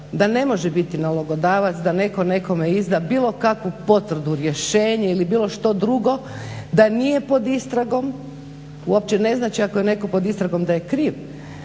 da ne može biti nalogodavac da netko nekome izda bilo kakvu potvrdu, rješenje ili bilo što drugo, da nije pod istragom. Uopće ne znači ako je netko pod istragom da je kriv,